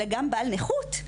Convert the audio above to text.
אלא גם בעל נכות,